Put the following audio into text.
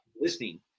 listening